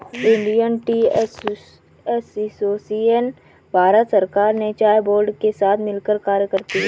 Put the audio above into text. Indian tea association Bharat सरकार के चाय बोर्ड के साथ मिलकर कार्य करती है